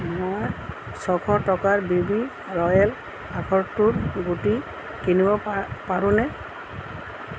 মই ছশ টকাৰ বিবি ৰ'য়েল আখৰোটৰ গুটি কিনিব পা পাৰোঁনে